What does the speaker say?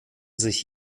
sich